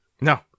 No